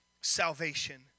salvation